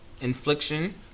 infliction